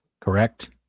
Correct